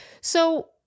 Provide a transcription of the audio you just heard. So-